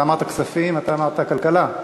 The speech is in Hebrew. אתה אמרת כספים, אתה אמרת כלכלה,